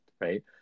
right